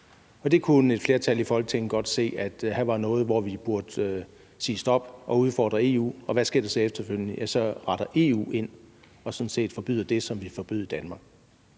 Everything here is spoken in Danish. Et flertal i Folketinget kunne godt se, at her var der noget, hvor vi burde sige stop og udfordre EU. Og hvad sker der så efterfølgende? Ja, så retter EU ind og forbyder sådan set det, som vi forbød i Danmark.